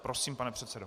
Prosím, pane předsedo.